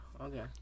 Okay